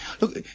Look